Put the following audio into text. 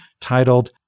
titled